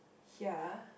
ya